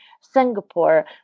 Singapore